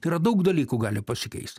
yra daug dalykų gali pasikeist